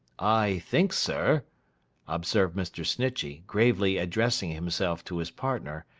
i think, sir observed mr. snitchey, gravely addressing himself to his partner,